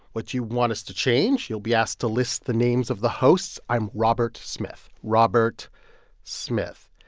what you want us to change. you'll be asked to list the names of the hosts. i'm robert smith robert smith.